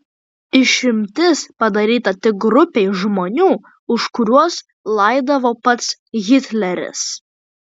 išimtis padaryta tik grupei žmonių už kuriuos laidavo pats hitleris